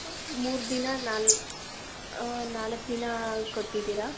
ಮೂರು ದಿನ ನಾಲ ನಾಲ್ಕು ದಿನ ಕೊಟ್ಟಿದ್ದೀರ